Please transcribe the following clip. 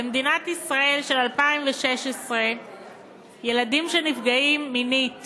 במדינת ישראל של 2016 ילדים שנפגעים מינית